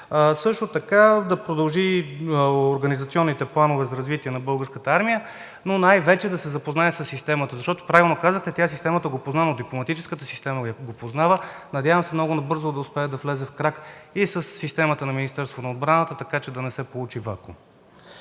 също така да продължи организационните планове за развитие на Българската армия, но най-вече да се запознае със системата. Защото правилно казахте, тя – системата, го познава, дипломатическата система го познава. Надявам се много набързо да успее да влезе в крак и със системата на Министерството на отбраната, така че да не се получи вакуум.